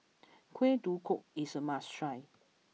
Kuih Kodok is a must try